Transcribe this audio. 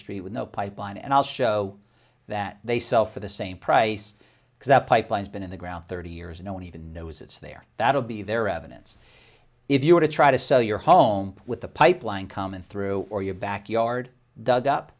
street with no pipeline and i'll show that they sell for the same price because of pipelines been in the ground thirty years no one even knows it's there that'll be their evidence if you were to try to sell your home with the pipeline coming through or your backyard dug up